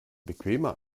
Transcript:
bequemer